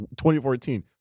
2014